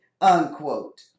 unquote